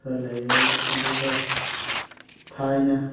ꯈꯔ ꯂꯩꯔꯦ ꯑꯗꯨꯒ ꯊꯥꯏꯅ